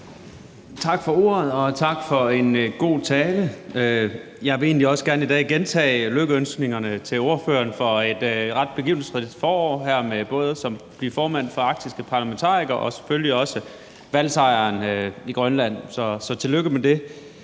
Tak for ordet, og tak for en god tale. Jeg vil egentlig også gerne i dag gentage lykønskningerne til ordføreren her i et ret begivenhedsrigt forår, både med at blive formand for Arktisk Parlamentariker Komité og selvfølgelig også med valgsejren i Grønland. Så tillykke med det.